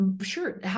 Sure